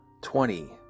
Twenty